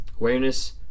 Awareness